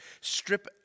Strip